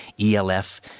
ELF